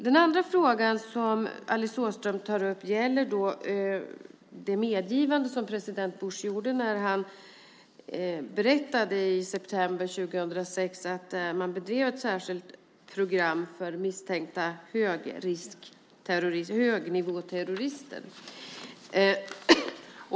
Den andra frågan som Alice Åström tar upp gäller det medgivande som president Bush gjorde när han i september 2006 berättade att USA bedrev ett särskilt program för misstänkta högnivåterrorister.